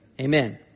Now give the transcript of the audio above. amen